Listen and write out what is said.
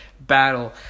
battle